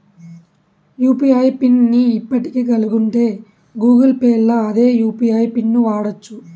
UPI pin ని ఇప్పటికే కలిగుంటే గూగుల్ పేల్ల అదే యూ.పి.ఐ పిన్ను వాడచ్చు